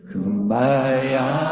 Kumbaya